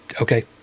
okay